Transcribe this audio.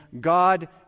God